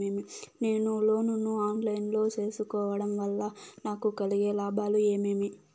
నేను లోను ను online లో సేసుకోవడం వల్ల నాకు కలిగే లాభాలు ఏమేమీ?